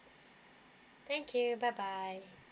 thank you bye bye